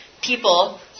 people